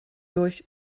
durch